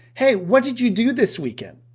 hey what did you do this weekend?